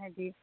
ꯍꯥꯏꯗꯤ